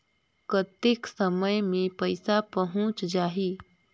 कतेक समय मे पइसा पहुंच जाही?